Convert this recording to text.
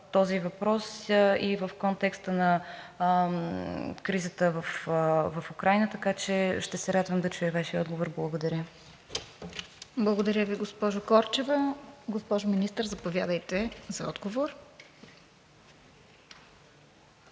този въпрос и в контекста на кризата в Украйна, така че ще се радвам да чуя Вашия отговор. Благодаря. ПРЕДСЕДАТЕЛ РОСИЦА КИРОВА: Благодаря Ви, госпожо Корчева. Госпожо Министър, заповядайте за отговор.